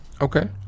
Okay